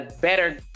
better